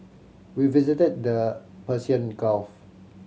we visited the Persian Gulf